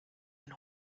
ein